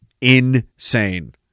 Insane